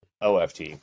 OFT